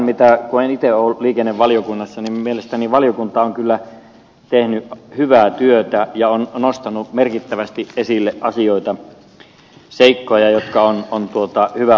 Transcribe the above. itse en ole liikennevaliokunnassa mutta mielestäni valiokunta on kyllä tehnyt hyvää työtä ja nostanut merkittävästi esille asioita seikkoja jotka on hyvä ottaa huomioon